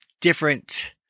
different